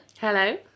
Hello